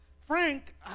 Frank